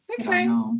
Okay